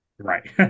Right